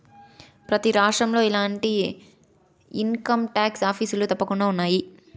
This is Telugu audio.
ప్రతి రాష్ట్రంలో ఇలాంటి ఇన్కంటాక్స్ ఆఫీసులు తప్పకుండా ఉన్నాయి